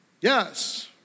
Yes